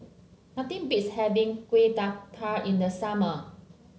nothing beats having Kueh Dadar in the summer